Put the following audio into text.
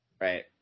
Right